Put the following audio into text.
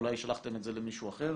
אולי שלחתם את זה למישהו אחר.